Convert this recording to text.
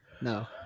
No